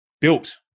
built